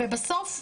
בסוף,